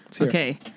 Okay